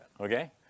okay